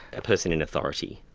a person in authority.